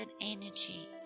energy